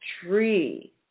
tree